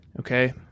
Okay